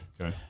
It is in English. Okay